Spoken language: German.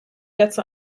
dazu